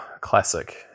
Classic